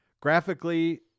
graphically